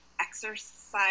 exercise